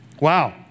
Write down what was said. Wow